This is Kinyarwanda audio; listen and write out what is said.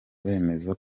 bemeza